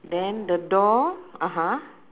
then the door (uh huh)